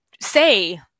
say